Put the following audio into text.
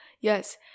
Yes